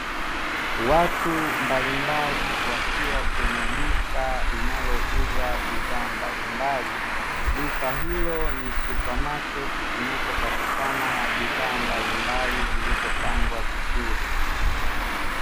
Watu mbalimbali wakiwa kwenye duka linalouza bidhaa mbalimbali duka hilo ni supamaketi zinakopatikana bidhaa mbalimbali zilizopangwa vizuri.